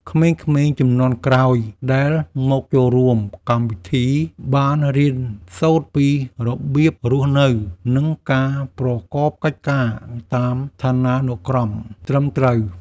ក្មេងៗជំនាន់ក្រោយដែលមកចូលរួមកម្មវិធី បានរៀនសូត្រពីរបៀបរស់នៅ និងការប្រកបកិច្ចការតាមឋានានុក្រមត្រឹមត្រូវ។